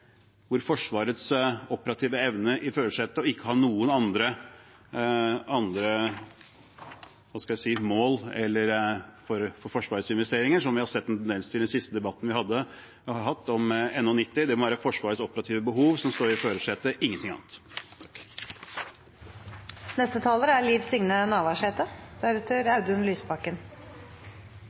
Forsvarets operative evne er i førersetet og ikke ha noen andre – hva skal jeg si – mål for Forsvarets investeringer, som vi så en tendens til i den siste debatten vi hadde om NH90. Det må være Forsvarets operative behov som står i førersetet – ingenting annet. Situasjonen rundt KNM «Helge Ingstad» er